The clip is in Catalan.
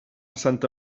santa